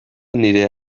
nire